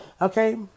Okay